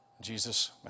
Jesus